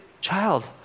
child